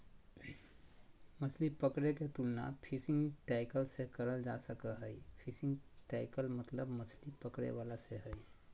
मछली पकड़े के तुलना फिशिंग टैकल से करल जा सक हई, फिशिंग टैकल मतलब मछली पकड़े वाला से हई